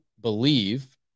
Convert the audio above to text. believe